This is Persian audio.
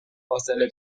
فاصله